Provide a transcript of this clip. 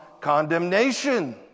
condemnation